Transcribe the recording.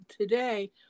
today